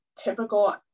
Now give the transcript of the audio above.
typical